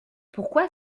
pourquoi